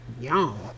Yum